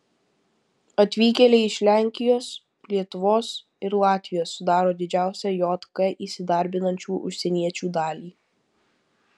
atvykėliai iš lenkijos lietuvos ir latvijos sudaro didžiausią jk įsidarbinančių užsieniečių dalį